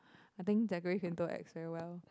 I think acts very well